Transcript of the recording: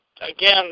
again